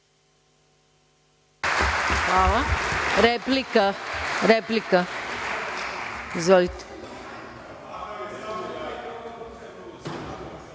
Hvala.